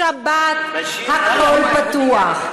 בשבת הכול פתוח.